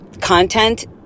content